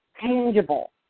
tangible